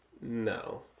No